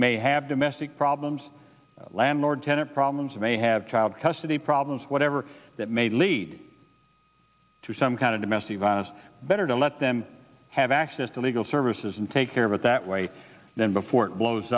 may have domestic problems landlord tenant problems you may have child custody problems whatever that may lead to some kind of domestic violence better to let them have access to legal services and take care of it that way then before it blows